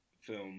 film